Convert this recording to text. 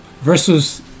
versus